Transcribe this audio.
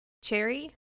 Cherry